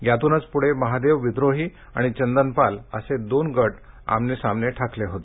यातुनच पुढे महादेव विद्रोही आणि चंदन पाल असे दोन गट आमने सामने उभे ठाकले होते